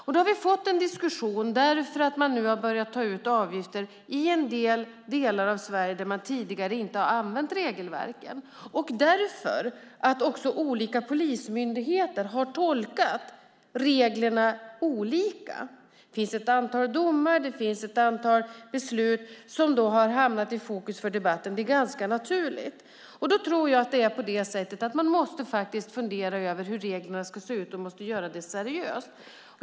Vi har fått en diskussion därför att man nu har börjat ta ut avgifter i delar av Sverige där man tidigare inte har använt regelverken och därför att olika polismyndigheter har tolkat reglerna olika. Det finns ett antal domar och ett antal beslut som har hamnat i fokus för debatten, och det är ganska naturligt. Då tror jag att man måste fundera över hur reglerna ska se ut, och göra det seriöst.